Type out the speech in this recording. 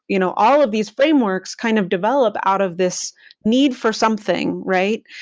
you know, all of these frameworks kind of develop out of this need for something, right?